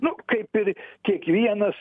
nu kaip ir kiekvienas